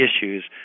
issues